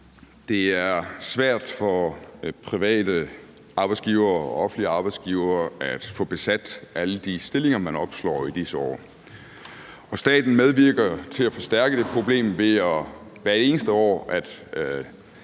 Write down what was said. Det er svært for private arbejdsgivere og offentlige arbejdsgivere at få besat alle de stillinger, man opslår i disse år, og staten medvirker til at forstærke det problem ved hvert eneste år